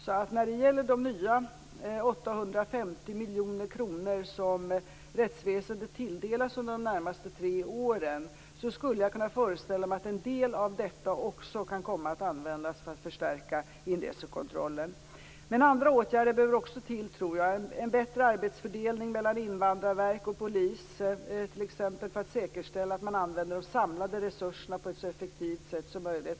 Av de nya 850 miljoner kronor som rättsväsendet tilldelas under de närmaste tre åren, kan jag föreställa mig att en del av dessa pengar kan komma att användas till att förstärka inresekontrollen. Det behövs även andra åtgärder. T.ex. en bättre arbetsfördelning mellan invandrarverk och polis för att säkerställa att man använder de samlade resurserna på ett så effektivt sätt som möjligt.